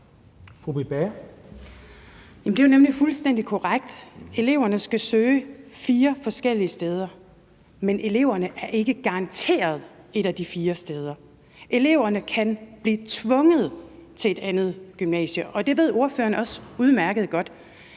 det er jo nemlig fuldstændig korrekt: Eleverne skal ansøge om fire forskellige steder, men eleverne er ikke garanteret et af de fire steder. Eleverne kan blive tvunget til et andet gymnasie, og det ved ordføreren også udmærket godt.